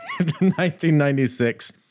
1996